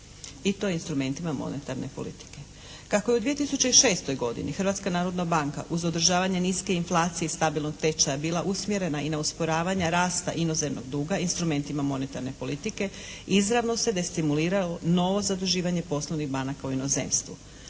I to instrumentima monetarne politike. Kako je u 2006. godini Hrvatska narodna banka uz održavanje niske inflacije i stabilnog tečaja bila usmjerena i na usporavanja rasta inozemnog duga instrumentima monetarne politike izravno se destimuliralo novo zaduživanje poslovnih banaka u inozemstvu.